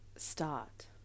start